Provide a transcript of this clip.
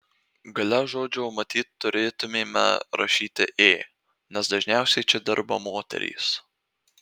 gale žodžio matyt turėtumėme rašyti ė nes dažniausiai čia dirba moterys